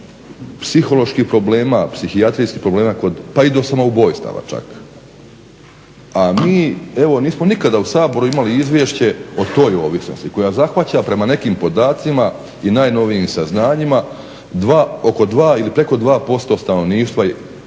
psiholoških problema, psihijatrijskih problema pa i do samoubojstava čak, a mi evo nismo nikada u Saboru imali izvješće o toj ovisnosti koja zahvaća prema nekim podacima i najnovijim saznanjima oko 2 ili preko 2% stanovništva